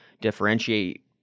differentiate